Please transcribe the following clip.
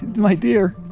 my dear,